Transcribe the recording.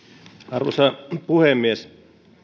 arvoisa puhemies